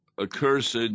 accursed